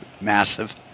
massive